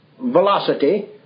velocity